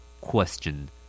Question